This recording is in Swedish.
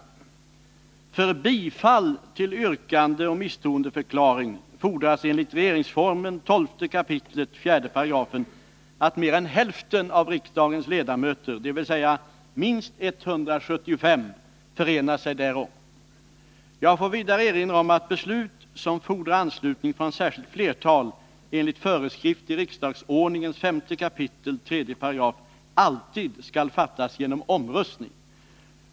För bifall till yrkande om misstroendeförklaring fordras enligt regeringsformen 12 kap. 4 § att mer än hälften av riksdagens ledamöter, dvs. minst 175 ledamöter, förenar sig därom. Jag får vidare erinra om att beslut som fordrar anslutning från särskilt flertal enligt föreskrift i riksdagsordningen 5 kap. 3 § alltid skall fattas genom omröstning.